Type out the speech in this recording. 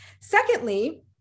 Secondly